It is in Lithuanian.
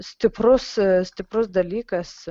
stiprus stiprus dalykas